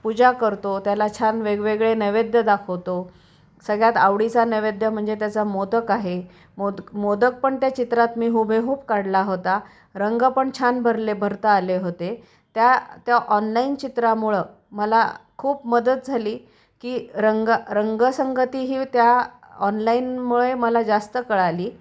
पूजा करतो त्याला छान वेगवेगळे नैवेद्य दाखवतो सगळ्यात आवडीचा नैवेद्य म्हणजे त्याचा मोदक आहे मोदक मोदक पण त्या चित्रात मी हुबेहूब काढला होता रंग पण छान भरले भरता आले होते त्या त्या ऑनलाईन चित्रामुळं मला खूप मदत झाली की रंग रंगसगती ही त्या ऑनलाईनमुळे मला जास्त कळाली